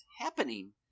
happening